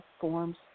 forms